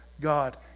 God